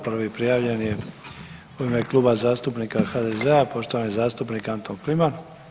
Prvi prijavljen je u ime Kluba zastupnika HDZ-a, poštovani zastupnik Anton Kliman.